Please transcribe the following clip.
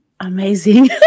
amazing